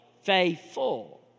Faithful